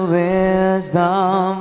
wisdom